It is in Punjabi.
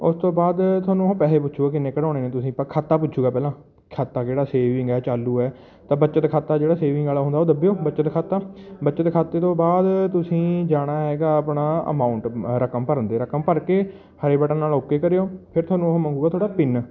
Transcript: ਉਸ ਤੋਂ ਬਾਅਦ ਤੁਹਾਨੂੰ ਉਹ ਪੈਸੇ ਪੁੱਛੂਗਾ ਕਿੰਨੇ ਕਢਾਉਣੇ ਨੇ ਤੁਸੀਂ ਖਾਤਾ ਪੁੱਛੂਗਾ ਪਹਿਲਾਂ ਖਾਤਾ ਕਿਹੜਾ ਸੇਵਿੰਗ ਹੈ ਚਾਲੂ ਹੈ ਤਾਂ ਬੱਚਤ ਖਾਤਾ ਜਿਹੜਾ ਸੇਵਿੰਗ ਵਾਲਾ ਹੁੰਦਾ ਉਹ ਦੱਬਿਓ ਬੱਚਤ ਖਾਤਾ ਬੱਚਤ ਖਾਤੇ ਤੋਂ ਬਾਅਦ ਤੁਸੀਂ ਜਾਣਾ ਹੈਗਾ ਆਪਣਾ ਅਮਾਊਂਟ ਰਕਮ ਭਰਨ 'ਤੇ ਰਕਮ ਭਰ ਕੇ ਹਰੇ ਬਟਨ ਨਾਲ਼ ਓਕੇ ਕਰਿਓ ਫਿਰ ਤੁਹਾਨੂੰ ਉਹ ਮੰਗੂਗਾ ਤੁਹਾਡਾ ਪਿੰਨ